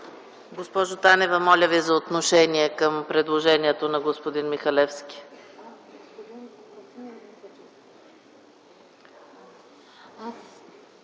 Госпожо Танева, моля Ви за отношение към предложението на господин Михалевски.